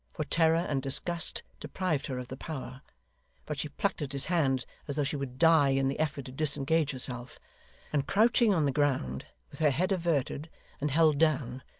for terror and disgust deprived her of the power but she plucked at his hand as though she would die in the effort to disengage herself and crouching on the ground, with her head averted and held down,